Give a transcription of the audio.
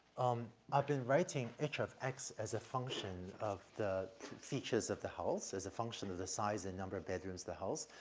um, i've been writing h of x as a function of the features of the house, as a function of the size and number of bedrooms of the house.